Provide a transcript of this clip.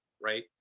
right